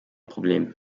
problem